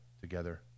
together